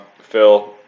Phil